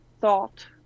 thought